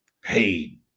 Paid